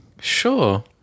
Sure